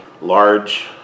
Large